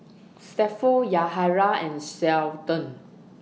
Stafford Yahaira and Seldon